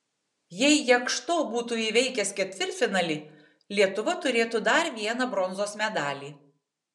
jei jakšto būtų įveikęs ketvirtfinalį lietuva turėtų dar vieną bronzos medalį